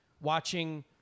watching